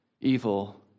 evil